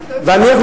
אתם,